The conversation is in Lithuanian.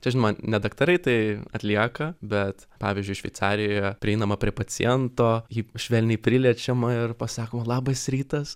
čia žinoma ne daktarai tai atlieka bet pavyzdžiui šveicarijoje prieinama prie paciento jį švelniai priliečiama ir pasakoma labas rytas